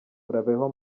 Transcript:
urabeho